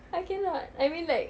I cannot I mean like